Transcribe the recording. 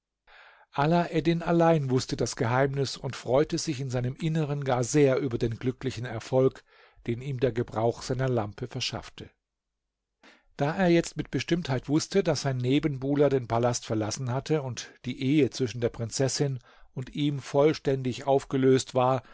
alaeddin allein wußte das geheimnis und freute sich in seinem inneren gar sehr über den glücklichen erfolg den ihm der gebrauch seiner lampe verschaffte da er jetzt mit bestimmtheit wußte daß sein nebenbuhler den palast verlassen hatte und die ehe zwischen der prinzessin und ihm vollständig aufgelöst war